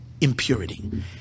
impurity